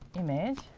image,